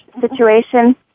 situation